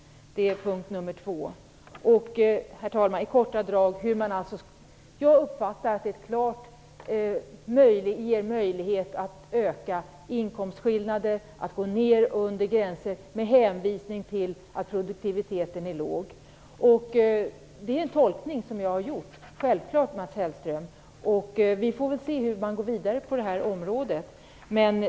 Detta står under punkt nr 2. Herr talman! Jag uppfattar att detta klart ger möjlighet att öka inkomstskillnader, att gå under gränser med hänvisning till att produktiviteten är låg. Detta är en tolkning som jag har gjort, Mats Hellström. Vi får väl se hur man går vidare på det här området.